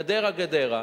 חדרה גדרה,